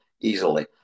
easily